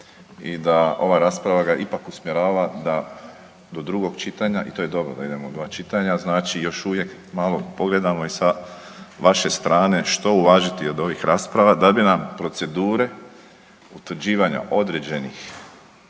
i da ova rasprava ga ipak usmjerava da do drugog čitanja, i to je dobro da idemo u dva čitanja, znači još uvijek malo pogledamo i sa vaše strane što uvažiti od ovih rasprava da bi nam procedure utvrđivanja određenih